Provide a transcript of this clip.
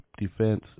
defense